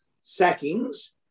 sackings